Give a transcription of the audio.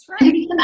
right